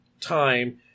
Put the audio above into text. time